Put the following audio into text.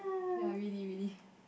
ya really really